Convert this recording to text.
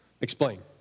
Explain